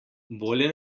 bolje